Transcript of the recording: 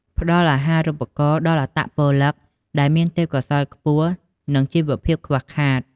ផ្ដល់អាហារូបករណ៍ដល់អត្តពលិកដែលមានទេពកោសល្យខ្ពស់ និងជីវភាពខ្វះខាត។